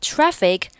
Traffic